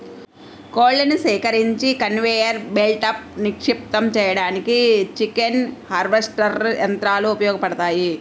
కోళ్లను సేకరించి కన్వేయర్ బెల్ట్పై నిక్షిప్తం చేయడానికి చికెన్ హార్వెస్టర్ యంత్రాలు ఉపయోగపడతాయి